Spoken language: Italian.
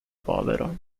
povero